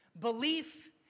Belief